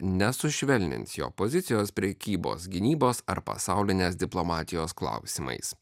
nesušvelnins jo pozicijos prekybos gynybos ar pasaulinės diplomatijos klausimais